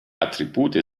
attribute